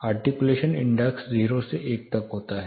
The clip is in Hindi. आर्टिक्यूलेशन इंडेक्स 0 से 1 तक होता है